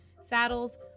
saddles